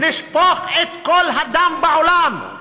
לשפוך את כל הדם בעולם.